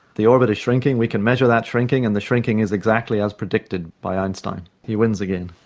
the orbit is shrinking, we can measure that shrinking, and the shrinking is exactly as predicted by einstein. he wins again.